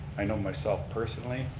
i know myself, personally,